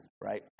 Right